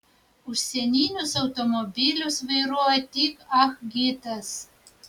užsieninius automobilius vairuoja tik ah gitas